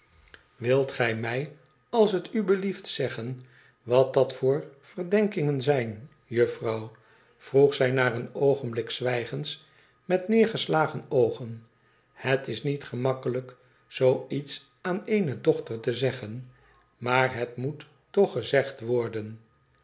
wilt gij mij als t u belieft zeggen wat dat voor verdenkingen zijn juffrouw vroeg zij na een oogenblik zwijgens met neergeslagen oogen het is niet gemakkelijk zoo iets aan eene dochter te zeggen maar het moet toch gezegd worden